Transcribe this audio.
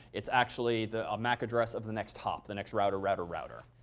it's actually the mac address of the next hop. the next router, router, router.